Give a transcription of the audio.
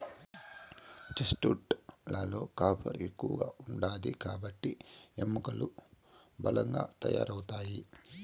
chestnut లలో copper ఎక్కువ ఉంటాది కాబట్టి ఎముకలు బలంగా తయారవుతాయి